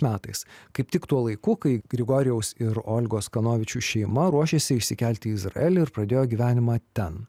metais kaip tik tuo laiku kai grigorijaus ir olgos kanovičių šeima ruošėsi išsikelti į izraelį ir pradėjo gyvenimą ten